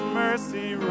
mercy